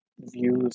views